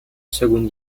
seconde